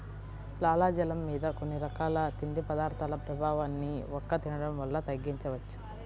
లాలాజలం మీద కొన్ని రకాల తిండి పదార్థాల ప్రభావాన్ని వక్క తినడం వల్ల తగ్గించవచ్చు